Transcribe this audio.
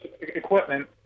equipment